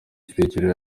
kirekire